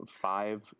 five